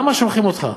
למה שולחים אותך?